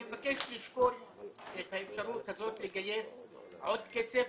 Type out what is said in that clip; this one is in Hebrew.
אני מבקש לשקול את האפשרות הזאת לגייס עוד כסף